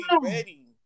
ready